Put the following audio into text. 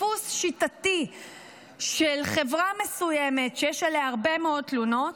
דפוס שיטתי של חברה מסוימת שיש עליה הרבה מאוד תלונות,